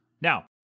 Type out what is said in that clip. Now